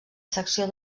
secció